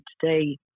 today